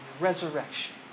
resurrection